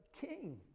king